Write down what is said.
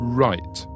right